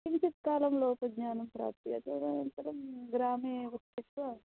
किञ्चित् कालं लोकज्ञानं प्राप्यते तदनन्तरं ग्रामे एव स्थित्वा